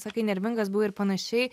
sakai nervingas buvai ir panašiai